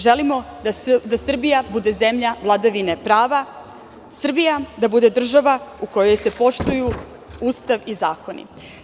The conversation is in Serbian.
Želimo da Srbija bude zemlja vladavine prava, Srbija da bude država u kojoj se poštuju Ustav i zakoni.